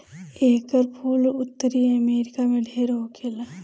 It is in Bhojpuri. एकर फूल उत्तरी अमेरिका में ढेर होखेला